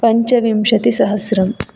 पञ्चविंशति सहस्रम्